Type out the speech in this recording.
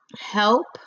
help